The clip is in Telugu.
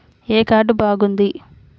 ఏ కార్డు బాగుంది?